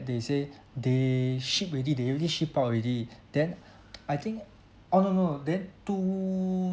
they say they ship already they already ship out already then I think oh no no no then two